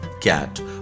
cat